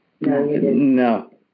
No